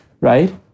right